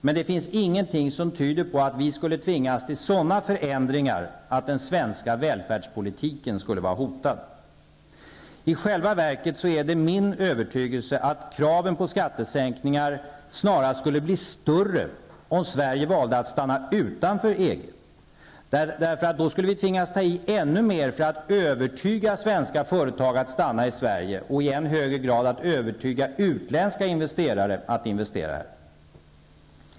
Men det finns ingenting som tyder på att vi skulle tvingas till sådana förändringar att den svenska välfärdspolitiken skulle vara hotad. I själva verket är det min övertygelse att kraven på skattesänkningar snarast skulle bli större, om Sverige valde att stanna utanför EG. Då skulle vi tvingas ta i ännu mer för att övertyga svenska företag att stanna i Sverige och att i högre grad ta i för att övertyga utländska intressen att investera här.